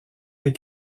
des